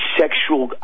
sexual